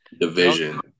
Division